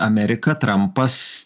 amerika trampas